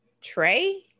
Trey